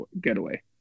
getaway